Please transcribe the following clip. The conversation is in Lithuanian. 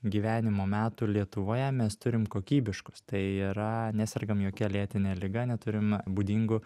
gyvenimo metų lietuvoje mes turim kokybiškus tai yra nesergam jokia lėtine liga neturim būdingų